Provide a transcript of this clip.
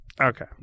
Okay